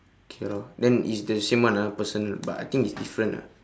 okay lor then it's the same one ah personal but I think it's different ah